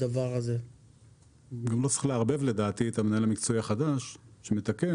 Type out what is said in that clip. לדעתי גם לא צריך לערבב בעניין הזה את המנהל המקצועי שמתקן.